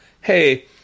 hey